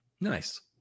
Nice